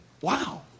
Wow